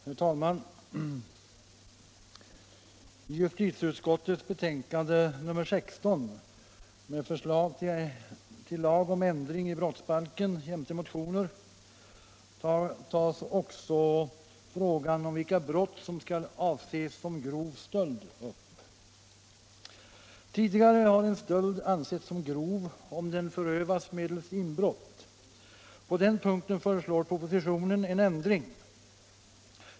Herr talman! I justitieutskottets betänkande nr 16 med anledning av propositionen 1975/76:42 med förslag till lag om ändring i brottsbalken jämte motioner tas också upp frågan om vilka brott som skall betraktas som grov stöld. Tidigare har en stöld ansetts såsom grov om den ”förövats medelst inbrott”. På den punkten föreslår propositionen en ändring.